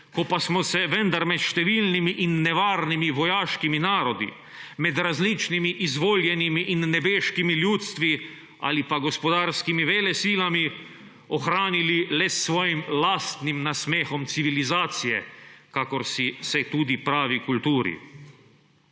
ko pa smo se vendar med številnimi in nevarnimi vojaškimi narodi, med različnimi izvoljenimi in nebeškimi ljudstvi ali pa gospodarskimi velesilami ohranili le s svojim lastnim nasmehom civilizacije, kakor se tudi pravi kulturi.